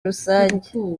rusange